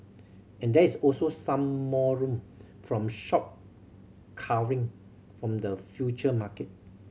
and there is also some more room from short covering from the future market